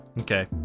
okay